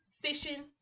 Fishing